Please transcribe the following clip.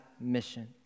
mission